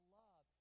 love